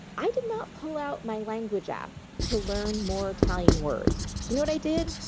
i did not pull out my language app to learn more italian words. you know what i did?